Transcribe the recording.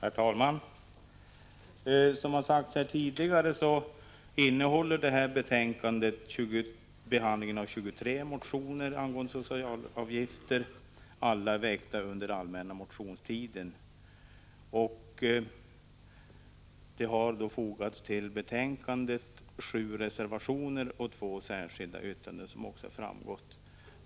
Herr talman! Som har sagts tidigare innehåller detta betänkande behandlingen av 23 motioner angående socialavgifter, alla väckta under den allmänna motionstiden. Det har till betänkandet fogats sju reservationer och två särskilda yttranden, som också har framgått.